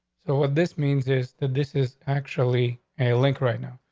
so what this means is that this is actually a link right now.